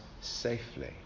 safely